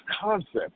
concept